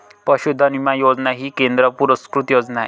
पशुधन विमा योजना ही केंद्र पुरस्कृत योजना आहे